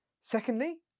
secondly